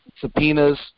subpoenas